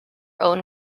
own